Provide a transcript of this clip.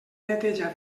neteja